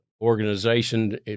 organization